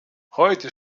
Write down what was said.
heute